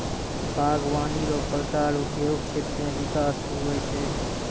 बागवानी रो प्रकार उद्योग क्षेत्र मे बिकास हुवै छै